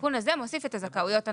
התיקון הזה מוסיף את הזכאויות הנוספות.